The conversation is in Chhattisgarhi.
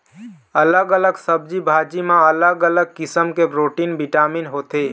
अलग अलग सब्जी भाजी म अलग अलग किसम के प्रोटीन, बिटामिन होथे